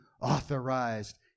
authorized